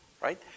Right